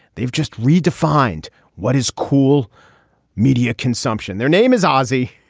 they've just redefined what is cool media consumption. their name is ozzy.